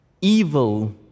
evil